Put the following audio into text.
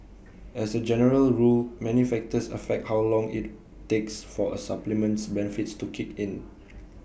as A general rule many factors affect how long IT takes for A supplement's benefits to kick in